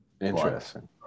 Interesting